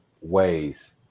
ways